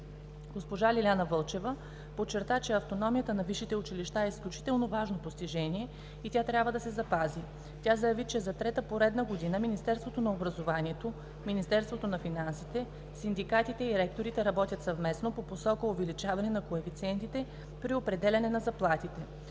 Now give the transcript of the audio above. Госпожа Лиляна Вълчева подчерта, че автономията на висшите училища е изключително важно постижение и тя трябва да се запази. Тя заяви, че за трета поредна година Министерството на образованието, Министерството на финансите, синдикатите и ректорите работят съвместно по посока увеличаване на коефициентите при определяне на заплатите.